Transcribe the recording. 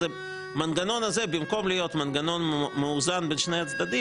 אז המנגנון הזה במקום להיות מנגנון מאוזן בין שני הצדדים,